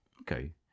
Okay